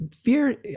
fear